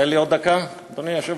תיתן לי עוד דקה, אדוני היושב-ראש?